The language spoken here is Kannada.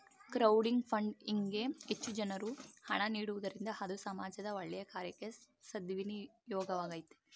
ಕ್ರೌಡಿಂಗ್ ಫಂಡ್ಇಂಗ್ ಗೆ ಹೆಚ್ಚು ಜನರು ಹಣ ನೀಡುವುದರಿಂದ ಅದು ಸಮಾಜದ ಒಳ್ಳೆಯ ಕಾರ್ಯಕ್ಕೆ ಸದ್ವಿನಿಯೋಗವಾಗ್ತದೆ